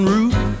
Route